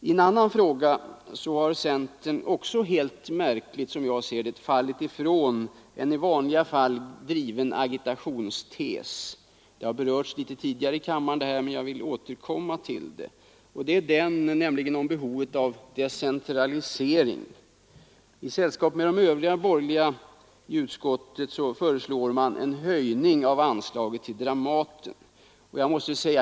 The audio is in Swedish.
I en annan fråga har centern också märkligt nog gått ifrån en i vanliga fall driven agitationstes — det har berörts tidigare i kammaren, men jag vill återkomma till det — nämligen talet om decentralisering. I sällskap med övriga borgerliga representanter i utskottet föreslår de en höjning av anslaget till Dramaten.